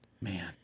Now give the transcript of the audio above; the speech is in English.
man